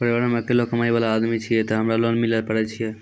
परिवारों मे अकेलो कमाई वाला आदमी छियै ते हमरा लोन मिले पारे छियै?